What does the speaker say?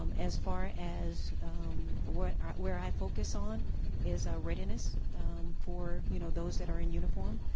um as far as what where i focus on is our readiness for you know those that are in uniform